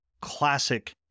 classic